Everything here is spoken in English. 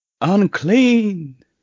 Unclean